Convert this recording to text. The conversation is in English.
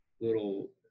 little